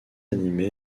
animés